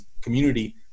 community